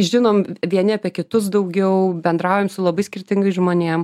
žinom vieni apie kitus daugiau bendraujam su labai skirtingais žmonėm